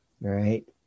right